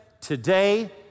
today